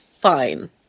fine